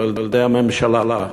ועל-ידי הממשלה.